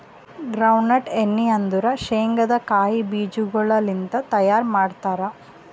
ground nut ಎಣ್ಣಿ ಅಂದುರ್ ಶೇಂಗದ್ ಕಾಯಿ ಬೀಜಗೊಳ್ ಲಿಂತ್ ತೈಯಾರ್ ಮಾಡ್ತಾರ್